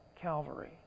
Calvary